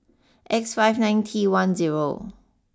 X five nine T one zero